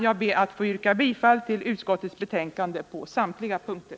Jag ber att få yrka bifall till utskottets hemställan på samtliga punkter.